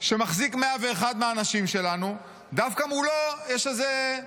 שמחזיק 101 מהאנשים שלנו, דווקא מולו יש איזה,